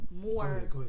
more